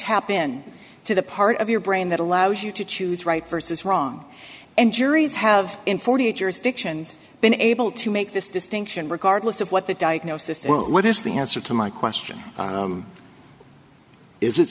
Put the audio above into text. in to the part of your brain that allows you to choose right versus wrong and juries have in forty eight jurisdictions been able to make this distinction regardless of what the diagnosis what is the answer to my question is it